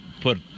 put